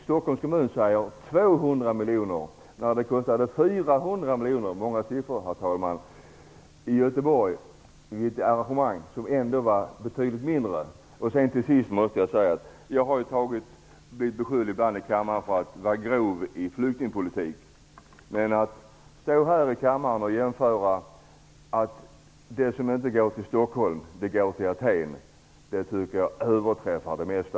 Stockholms kommun säger 200 miljoner, men det kostade 400 miljoner - det är många siffror, herr talman - i Göteborg, vid ett arrangemang som ändå var betydligt mindre. Till sist vill jag säga att jag ibland i kammaren har blivit beskylld för att vara grov i flyktingpolitikdebatten. Att stå här i kammaren och säga att det som inte går till Stockholm går till Aten tycker jag överträffar det mesta.